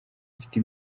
ufite